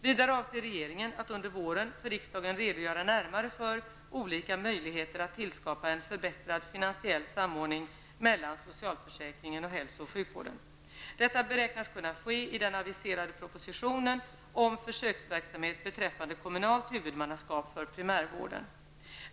Vidare avser regeringen att under våren för riksdagen redogöra närmare för olika möjligheter att tillskapa en förbättrad finansiell samordning mellan socialförsäkringen och hälso och sjukvården. Detta beräknas kunna ske i den aviserade propositionen om försöksverksamhet beträffande kommunalt huvudmannaskap för primärvården.